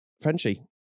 Frenchie